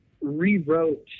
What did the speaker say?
rewrote